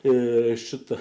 ir šita